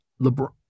lebron